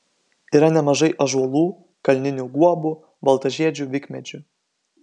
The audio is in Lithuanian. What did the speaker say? yra nemažai ąžuolų kalninių guobų baltažiedžių vikmedžių